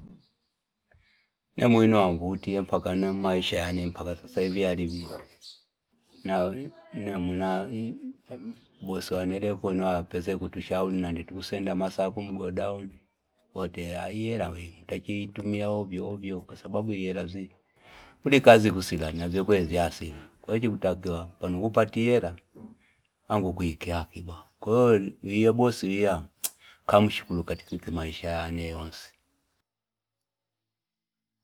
Nemiwiniwa angu uthe yempaka nema maisha ya anempaka saasafi ya ribi vya. Nenemu na bosi wa anerefuna, pese kutusha uni nani tusenda masa upuko ya dawdi. Wote hiyera wiku. Mutakini itumia hobi hobi wiko. Saba buhi hiyera zinja. Kuhuli kazi ku sila niya. Zipo yezi ya sila. Kwachi butakila panuhupa ti hiyera. Angu kuhikiakiba. Kuhuli uhe bosi uyeha, kama uchikulu katiki fiti maisha aneonzi.